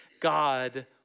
God